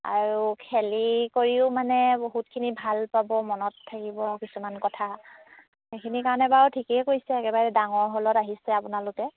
আৰু খেলি কৰিও মানে বহুতখিনি ভাল পাব মনত থাকিব কিছুমান কথা সেইখিনিৰ কাৰণে বাৰু ঠিকেই কৰিছে একেবাৰে ডাঙৰ হ'লত আহিছে আপোনালোকে